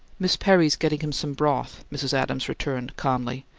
miss perry's getting him some broth, mrs. adams returned, calmly.